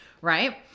right